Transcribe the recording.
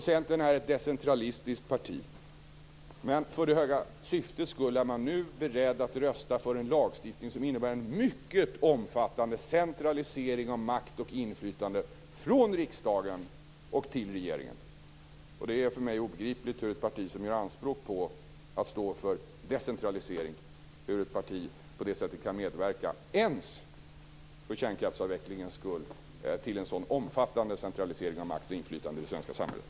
Centern är ett decentralistiskt parti, men för det höga syftets skull är man nu beredd att rösta för en lagstiftning som innebär en mycket omfattande centralisering av makt och inflytande från riksdagen och till regeringen. Det är för mig obegriplig hur ett parti som gör anspråk på att stå för decentralisering på det sättet kan medverka ens för kärnkraftsavvecklingens skull till en sådan omfattande centralisering av makt och inflytande i det svenska samhället.